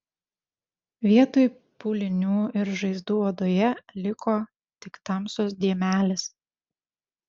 vietoj pūlinių ir žaizdų odoje liko tik tamsios dėmelės